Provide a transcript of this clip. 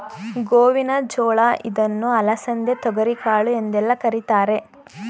ಗೋವಿನ ಜೋಳ ಇದನ್ನು ಅಲಸಂದೆ, ತೊಗರಿಕಾಳು ಎಂದೆಲ್ಲ ಕರಿತಾರೆ